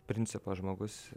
principo žmogus